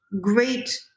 great